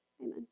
amen